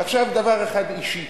עכשיו דבר אחד אישי: